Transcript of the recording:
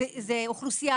זאת אוכלוסייה,